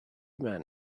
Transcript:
man